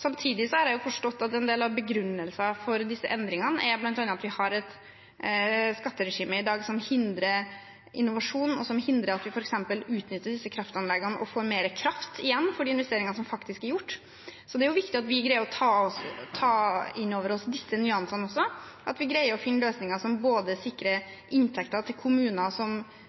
Samtidig har jeg forstått at en del av begrunnelsen for disse endringene bl.a. er at vi har et skatteregime i dag som hindrer innovasjon, og som hindrer at vi f.eks. utnytter disse kraftanleggene og får mer kraft igjen for de investeringene som faktisk er gjort. Det er viktig at vi greier å ta inn over oss disse nyansene også, at vi greier å finne løsninger som både sikrer inntekter til kommuner som